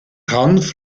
hanf